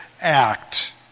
act